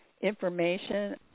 information